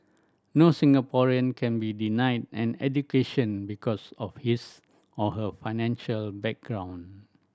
no Singaporean can be denied an education because of his or her financial background